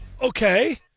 Okay